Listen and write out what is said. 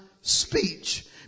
speech